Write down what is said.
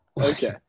Okay